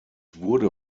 wurde